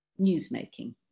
newsmaking